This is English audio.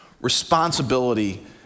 responsibility